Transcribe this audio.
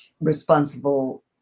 responsible